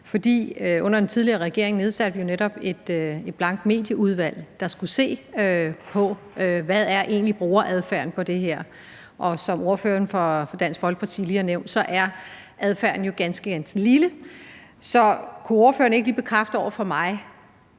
Under den tidligere regering nedsatte vi netop et blankmedieudvalg, der skulle se på, hvad brugeradfærden egentlig er her, og som ordføreren for Dansk Folkeparti lige har nævnt, er adfærden jo ganske begrænset. Så kunne ordføreren ikke lige bekræfte noget over for mig: